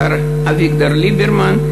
השר אביגדור ליברמן.